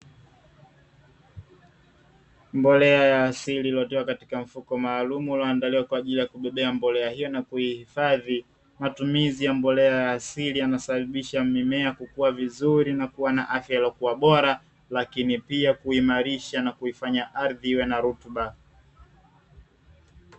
Mbolea ya asili iliyotiwa katika mfuko maalumu, ulioandaliwa kwa ajili ya kubebea mbolea hiyo na kuihifadhi. Matumizi ya mbolea ya asili yanasababisha mimea kukua vizuri na kuwa na afya iliyokuwa bora, lakini pia kuiimarisha na kuifanya ardhi iwe na rutuba.